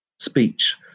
Speech